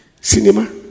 cinema